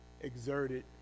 exerted